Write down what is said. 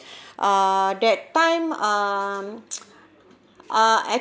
uh that time um ah